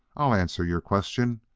i'll answer your question.